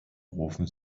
rufen